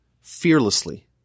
fearlessly